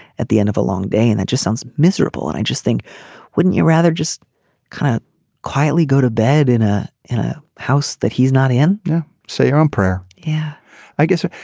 at the end of a long day and that just sounds miserable and i just think wouldn't you rather just kind of quietly go to bed in ah in a house that he's not in say you're on prayer. yeah i guess